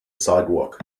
sidewalk